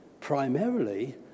primarily